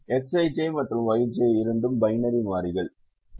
Xij மற்றும் Yj இரண்டும் binary மாறிகள் 0 1 மாறிகள்